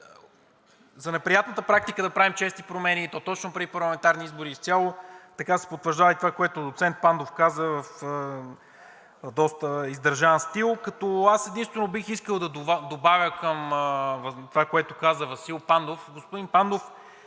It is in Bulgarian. за неприятната практика да правим чести промени, и то точно преди парламентарни избори, изцяло се потвърждава и това, което доцент Пандов каза в доста издържан стил, като единствено бих искал да добавя към това, което каза Васил Пандов.